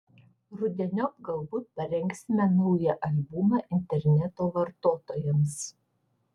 rudeniop galbūt parengsime naują albumą interneto vartotojams